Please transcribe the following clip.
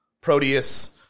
Proteus